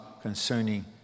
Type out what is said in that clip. concerning